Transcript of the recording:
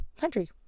country